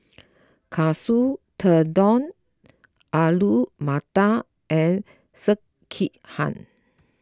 Katsu Tendon Alu Matar and Sekihan